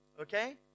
okay